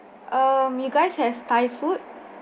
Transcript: um you guys have thai food